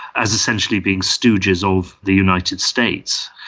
as essentially being stooges of the united states.